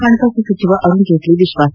ಹಣಕಾಸು ಸಚಿವ ಅರುಣ್ ಜೇಟ್ಲಿ ವಿಶ್ವಾಸ